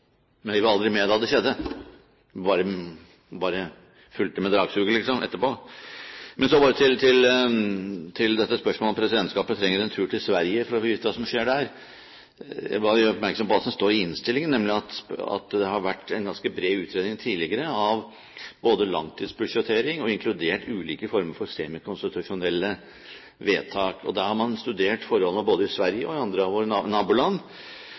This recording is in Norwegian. Men de var aldri med da det skjedde, de bare fulgte med i dragsuget etterpå. Men så til spørsmålet om presidentskapet trenger en tur til Sverige for å få vite hva som skjer der. Jeg gjør bare oppmerksom på det som står i innstillingen, nemlig at det har vært en ganske bred utredning tidligere både av langtidsbudsjettering og ulike former for semikonstitusjonelle vedtak. Da studerte man forholdene både i Sverige og i andre av våre naboland.